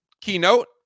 keynote